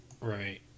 Right